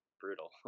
brutal